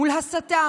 מול הסתה,